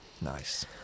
Nice